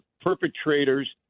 perpetrator's